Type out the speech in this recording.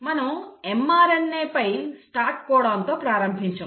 మనం mRNA పై start codon తో ప్రారంభించాము